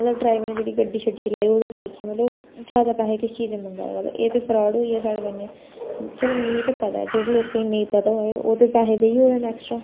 मतलब ड्रवैर ने जेह्ड़ी गड्डी छड्डी चलाई ओह् ते ठीक ऐ मतलब ज्यादा पैहे किस चीज दे मंगा दा ओह एह् ते फ्राड होई गेआ साढ़े कन्नै चलो मिगी ते पता ऐ जेह्ड़े लोकें गी नेईं पता होऐ ओह् ते पैहे देई ओड़न ऐक्सट्रा